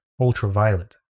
ultraviolet